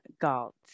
Galt